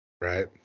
Right